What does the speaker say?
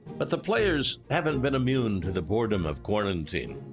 but the players haven't been immune to the boredom of quarantine.